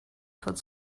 put